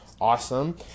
Awesome